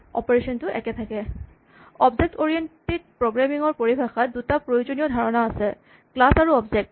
object oriented programming ৰ পৰিভাষাত দুটা প্ৰয়োজনীয় ধাৰণা আছে ক্লাচ আৰু অবজেক্ট